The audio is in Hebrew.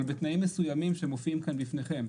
אבל בתנאים מסוימים שמופיעים כאן בפניכם.